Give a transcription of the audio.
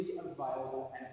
available